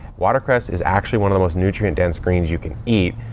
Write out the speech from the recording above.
watercress is actually one of the most nutrient dense greens you can eat.